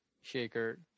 Shaker